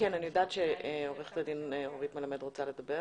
אני יודעת שעורכת הדין אורית מלמד רוצה לדבר,